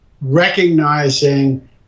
recognizing